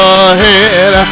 ahead